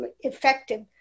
effective